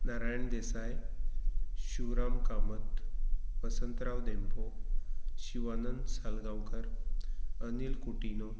Narayan Desai Shivram Kamat Vasantrao Dempo Shivanand Salgaonkar Anil Coutinho